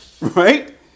Right